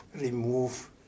remove